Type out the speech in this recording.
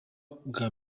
bwa